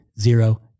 zero